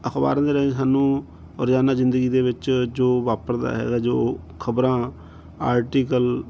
ਅਖਬਾਰਾਂ ਦੇ ਰਾਹੀਂ ਸਾਨੂੰ ਰੋਜ਼ਾਨਾ ਜ਼ਿੰਦਗੀ ਦੇ ਵਿੱਚ ਜੋ ਵਾਪਰਦਾ ਹੈਗਾ ਜੋ ਖਬਰਾਂ ਆਰਟੀਕਲ